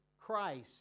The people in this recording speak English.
Christ